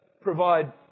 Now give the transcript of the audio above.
provide